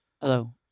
Hello